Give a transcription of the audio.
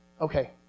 Okay